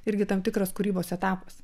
irgi tam tikras kūrybos etapas